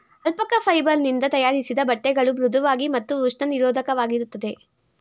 alpaca fibre ನಿಂದ ತಯಾರಿಸಿದ ಬಟ್ಟೆಗಳು ಮೃಧುವಾಗಿ ಮತ್ತು ಉಷ್ಣ ನಿರೋಧಕವಾಗಿರುತ್ತದೆ